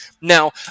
Now